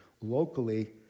locally